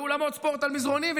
באולמות ספורט על מזרנים,